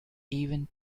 even